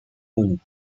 mono